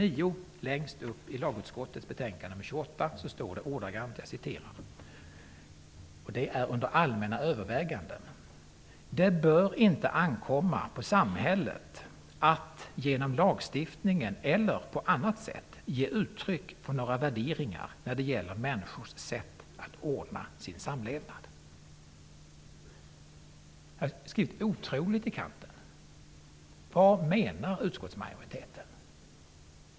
I lagutskottets betänkande nr 28 Allmänna överväganden: ''Det bör inte ankomma på samhället att -- genom lagstiftningen eller på annat sätt -- ge uttryck för några värderingar när det gäller människors sätt att ordna sin samlevnad.'' Jag har i kanten skrivit: Otroligt!